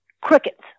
Crickets